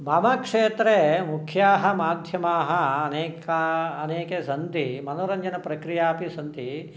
मम क्षेत्रे मुख्याः माध्यमाः अनेका अनेके सन्ति मनोरञ्जनप्रक्रिया अपि सन्ति